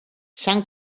sant